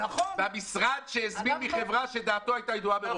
במשרד שהזמין מחברה שדעתו הייתה ידועה מראש.